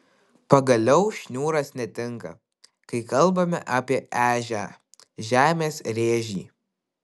pagaliau šniūras netinka kai kalbame apie ežią žemės rėžį